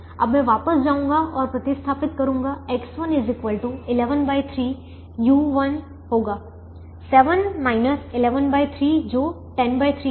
अब मैं वापस जाऊँगा और प्रतिस्थापित करूंगा X1 113 u1 होगा 7 11 3 जो 103 है